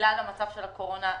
ובגלל המצב של הקורונה,